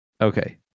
okay